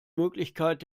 möglichkeit